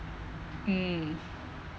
mm